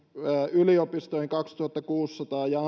yliopistoihin kaksituhattakuusisataa ja